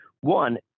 One